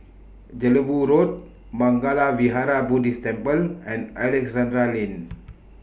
Jelebu Road Mangala Vihara Buddhist Temple and Alexandra Lane